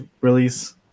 release